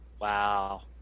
Wow